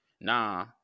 Nah